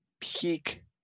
peak